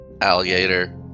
alligator